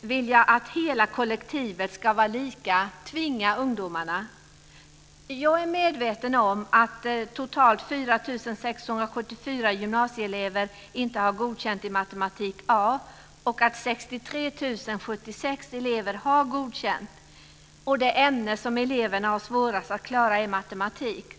vilja att hela kollektivet ska vara lika och tvinga ungdomarna? Jag är medveten om att totalt 4 674 gymnasieelever inte har betyget Godkänd i matematik A och att 63 076 elever har Godkänd. Det ämne som eleverna har svårast att klara är matematik.